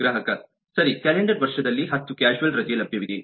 ಗ್ರಾಹಕ ಸರಿ ಕ್ಯಾಲೆಂಡರ್ ವರ್ಷದಲ್ಲಿ 10 ಕ್ಯಾಶುವಲ್ ರಜೆ ಲಭ್ಯವಿದೆ